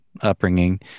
upbringing